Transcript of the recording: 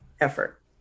effort